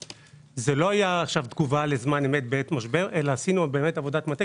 זה לא היה תגובה לזמן אמת בעת משבר אלא עשינו עבודת מטה